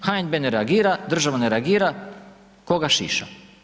HNB ne reagira, država ne reagira ko ga šiša.